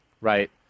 Right